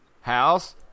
House